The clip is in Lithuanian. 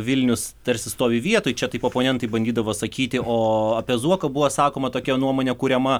vilnius tarsi stovi vietoj čia taip oponentai bandydavo sakyti o apie zuoką buvo sakoma tokia nuomonė kuriama